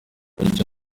bityo